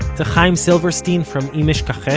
to chaim silverstein from im eshkachech,